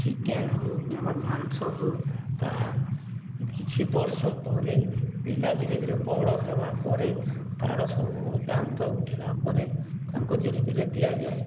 chicken ହଉ କିମ୍ବା ମାଂସ ହଉ ତାହା କିଛି ବର୍ଷ ପରେ ପିଲା ଧୀରେ ଧୀରେ ବଡ଼ ହେବା ପରେ ତା'ର ସବୁ ଦାନ୍ତ ଉଠିଲା ପରେ ତାଙ୍କୁ ଧୀରେ ଧୀରେ ଦିଆଯାଏ